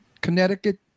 Connecticut